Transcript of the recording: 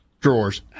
drawers